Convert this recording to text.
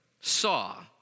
saw